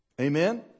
Amen